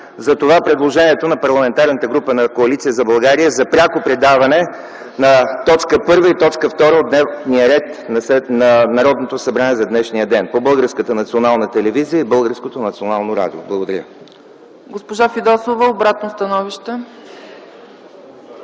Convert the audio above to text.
Затова предложението на Парламентарната група на Коалиция за България е за пряко предаване на т. 1 и т. 2 от дневния ред на Народното събрание за днешния ден по Българската национална телевизия и Българското национално радио.